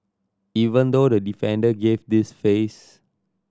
even though the defender gave this face